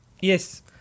Yes